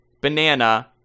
banana